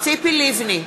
בהצבעה ציפי לבני,